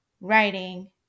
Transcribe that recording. writing